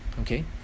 Okay